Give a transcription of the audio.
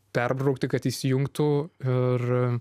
perbraukti kad įsijungtų ir